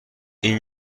این